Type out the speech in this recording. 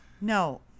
No